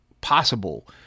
possible